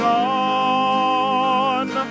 gone